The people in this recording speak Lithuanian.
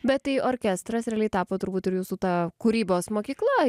bet tai orkestras realiai tapo turbūt ir jūsų ta kūrybos mokykla